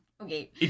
okay